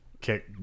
kick